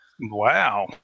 Wow